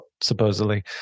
supposedly